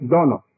Dono